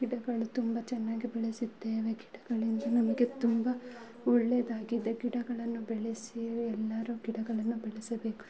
ಗಿಡಗಳು ತುಂಬ ಚೆನ್ನಾಗಿ ಬೆಳೆಸಿದ್ದೇವೆ ಗಿಡಗಳಿಂದ ನಮಗೆ ತುಂಬ ಒಳ್ಳೇದಾಗಿದೆ ಗಿಡಗಳನ್ನು ಬೆಳೆಸಿ ಎಲ್ಲರು ಗಿಡಗಳನ್ನು ಬೆಳೆಸಬೇಕು